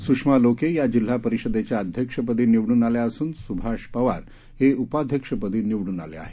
सुषमा लोके या जिल्हा परिषदेच्या अध्यक्षपदी निवडून आल्या असून सुभाष पवार हे उपाध्यक्षपदी निवडून आले आहेत